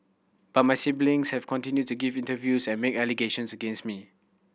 but my siblings have continued to give interviews and make allegations against me